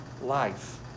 life